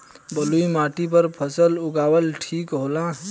बलुई माटी पर फसल उगावल ठीक होला?